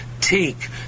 take